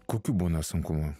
kokių būna sunkumų